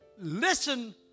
Listen